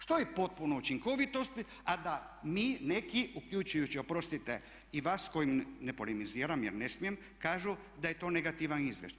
Što je potpuna učinkovitost a da mi neki uključujući oprostite i vas koji, ne polimiziram jer ne smijem, kažu da je to negativan izvještaj?